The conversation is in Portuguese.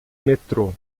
metrô